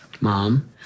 Mom